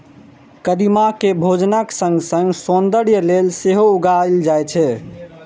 कदीमा कें भोजनक संग संग सौंदर्य लेल सेहो उगायल जाए छै